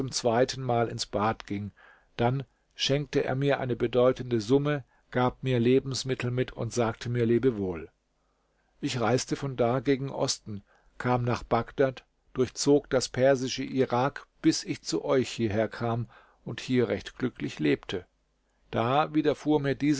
zweiten mal ins bad ging dann schenkte er mir eine bedeutende summe gab mir lebensmittel mit und sagte mir lebewohl ich reiste von da gegen osten kam nach bagdad durchzog das persische irak bis ich zu euch hierher kam und hier recht glücklich lebte da widerfuhr mir